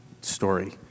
story